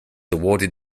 awarded